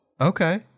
Okay